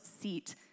seat